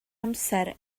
amser